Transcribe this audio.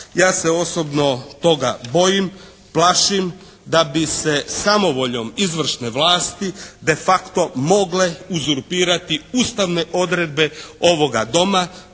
Ja se osobno toga bojim, plašim da bi se samovoljom izvršne vlasti de facto mogle uzurpirati Ustavne odredbe ovoga Doma,